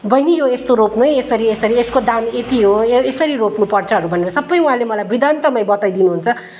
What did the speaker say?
बहिनी यो यस्तो रोप्नु है यसरी यसरी यसको दाम यति हो यसरी रोप्नुपर्छहरू भनेर सबै उहाँले मलाई वृतान्तमै बताइदिनुहुन्छ